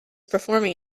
performing